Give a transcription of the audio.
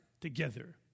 together